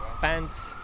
pants